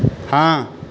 ہاں